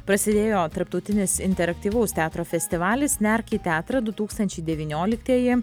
prasidėjo tarptautinis interaktyvaus teatro festivalis nerk į teatrą du tūkstančiai devynioliktieji